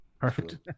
Perfect